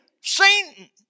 Satan